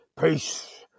Peace